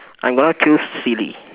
I'm gonna choose silly